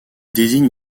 désigne